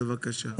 בבקשה.